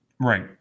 Right